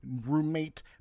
roommate